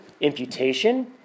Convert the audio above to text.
imputation